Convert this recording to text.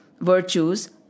virtues